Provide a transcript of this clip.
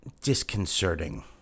disconcerting